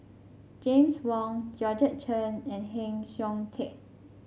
James Wong Georgette Chen and Heng Siok Tian